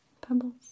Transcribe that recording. Pebbles